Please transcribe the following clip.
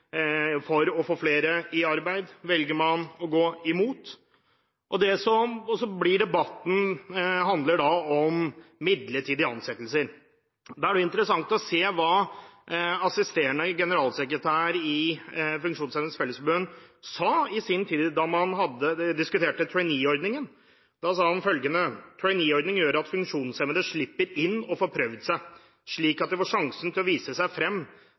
for å få flere i arbeid velger man å gå imot. Debatten handler også om midlertidige ansettelser. Da er det interessant å se hva assisterende generalsekretær i Funksjonshemmedes Fellesorganisasjon i sin tid sa, da man diskuterte traineeordningen. Han sa følgende: «Traineeordninger gjør at funksjonshemmede slipper inn og får prøvd seg. Slik at de får sjansen til å vise seg frem.